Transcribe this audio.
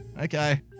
Okay